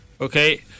Okay